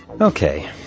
Okay